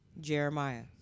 Jeremiah